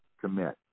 commit